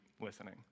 listening